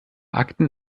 akten